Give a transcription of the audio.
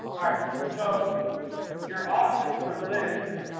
alright, so your options for lids,